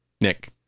nick